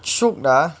shiok lah